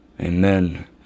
Amen